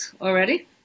already